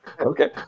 Okay